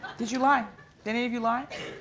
did you lie? did any of you lie?